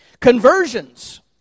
Conversions